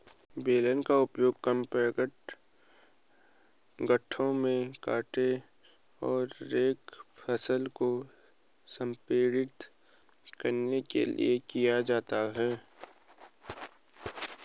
baler का उपयोग compact गांठों में कटे और रेक्ड फसल को संपीड़ित करने के लिए किया जाता है